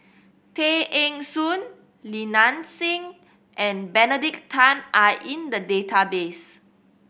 Tay Eng Soon Li Nanxing and Benedict Tan are in the database